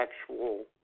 actual